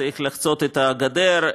צריך לחצות את הגדר,